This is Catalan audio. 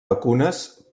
vacunes